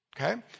okay